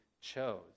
chose